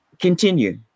continue